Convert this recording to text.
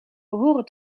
behoren